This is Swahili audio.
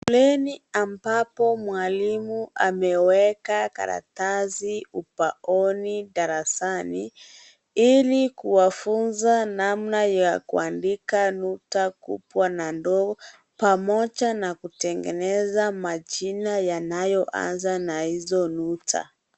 Shuleni ambapo mwalimu ameweka karatasi ubaoni, darasani ili kuwafunza namna ya kuandika nuta kubwa na ndogo pamoja na kutengeneza majina yanayoanza na hizo nuta.